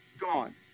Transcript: gone